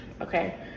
okay